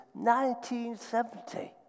1970